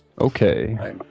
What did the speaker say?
Okay